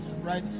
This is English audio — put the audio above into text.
right